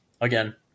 again